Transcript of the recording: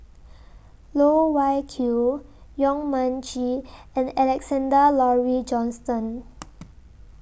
Loh Wai Kiew Yong Mun Chee and Alexander Laurie Johnston